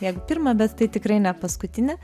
jeigu pirmą bet tai tikrai ne paskutinį